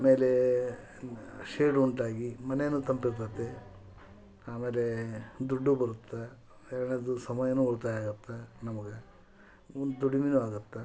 ಆಮೇಲೆ ಶೇಡು ಉಂಟಾಗಿ ಮನೆಯೂ ತಂಪಿರ್ತೈತಿ ಆಮೇಲೆ ದುಡ್ಡು ಬರುತ್ತೆ ಎರಡನೇದು ಸಮಯನೂ ಉಳಿತಾಯ ಆಗುತ್ತೆ ನಮ್ಗೆ ಒಂದು ದುಡಿಮೆನೂ ಆಗುತ್ತೆ